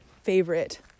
favorite